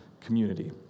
community